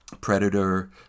Predator